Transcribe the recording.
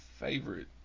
favorite